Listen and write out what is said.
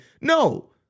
No